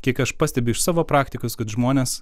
kiek aš pastebiu iš savo praktikos kad žmonės